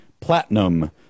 Platinum